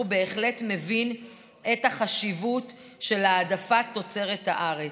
בהחלט מבין את החשיבות של העדפת תוצרת הארץ.